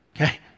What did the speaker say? Okay